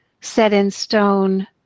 set-in-stone